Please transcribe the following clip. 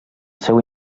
seu